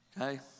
okay